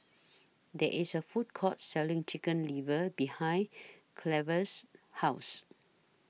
There IS A Food Court Selling Chicken Liver behind Cleve's House